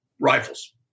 rifles